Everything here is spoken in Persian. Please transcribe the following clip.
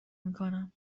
میکنم